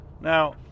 Now